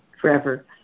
forever